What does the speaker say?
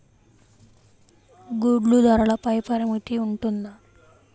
గుడ్లు ధరల పై పరిమితి ఉంటుందా?